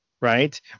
right